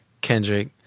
Kendrick